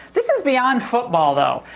this is beyond football though.